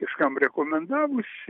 kažkam rekomendavus